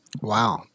Wow